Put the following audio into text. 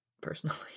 personally